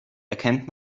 erkennt